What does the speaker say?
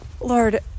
Lord